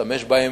להשתמש בהם,